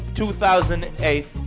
2008